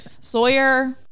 Sawyer